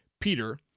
Peter